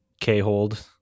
K-hold